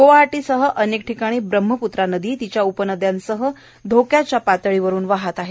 ग्वाहाटीसह अनेक ठिकाणी ब्रम्हपूत्रा नदी तिच्या उपनद्यांसह धोक्याच्या पातळीवरून वाहत आहे